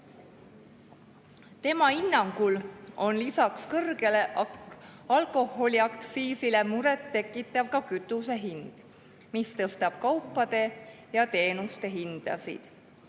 Tema hinnangul on lisaks kõrgele alkoholiaktsiisile murettekitav ka kütuse hind, mis tõstab kaupade ja teenuste hindasid.